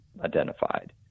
identified